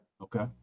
Okay